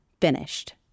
finished